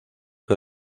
que